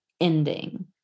ending